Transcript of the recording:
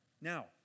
Now